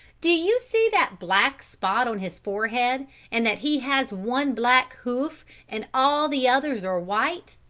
do you see that black spot on his forehead and that he has one black hoof and all the others are white?